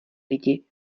lidi